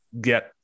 get